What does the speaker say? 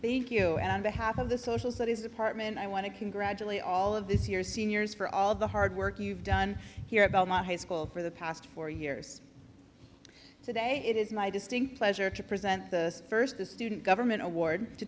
thank you and behalf of the social studies department i want to congratulate all of this year's seniors for all the hard work you've done here about my high school for the past four years today it is my distinct pleasure to present the first student government award to